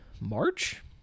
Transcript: March